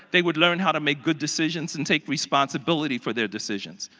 they would learn how to make good decisions and take responsibility for their decisions.